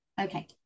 okay